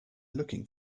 looking